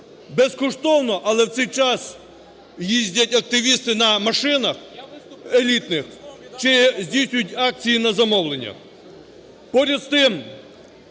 безкоштовно, але в цей час їздять активісти на машинах елітних чи здійснюють акції на замовлення.